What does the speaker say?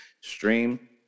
stream